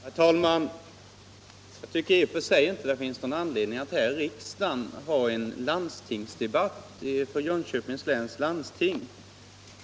Herr talman! Jag tycker i och för sig inte att det finns någon anledning att här i riksdagen ha en landstingsdebatt som gäller Jönköpings läns landsting.